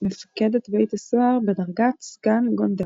מפקד/ת בית הסוהר בדרגת סגן גונדר.